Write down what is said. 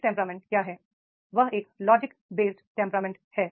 वह एकटेंपरामेंट logic based है